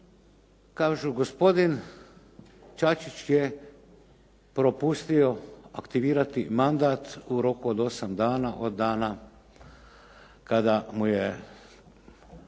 Kažu, gospodin Čačić je propustio aktivirati mandat u roku od osam dana od dana kada mu je